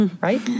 right